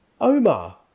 Omar